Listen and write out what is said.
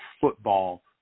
Football